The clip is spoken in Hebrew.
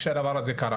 כשהדבר הזה קרה,